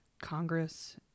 Congress